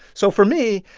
so for me,